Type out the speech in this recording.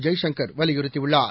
ஜெய்சங்கர் வலியுறுத்தியுள்ளார்